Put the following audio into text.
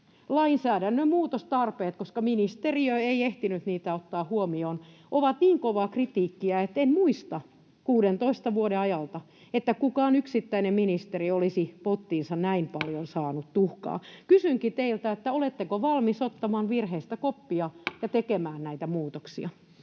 lainsäädännön muutostarpeet, koska ministeriö ei ehtinyt niitä ottaa huomioon, on niin kovaa kritiikkiä, että en muista 16 vuoden ajalta, että kukaan yksittäinen ministeri olisi pottiinsa näin paljon saanut tuhkaa. Kysynkin teiltä: oletteko valmis ottamaan virheistä koppia ja tekemään näitä muutoksia?